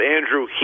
Andrew